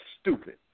stupid